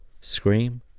scream